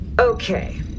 Okay